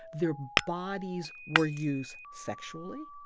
their bodies were used sexually,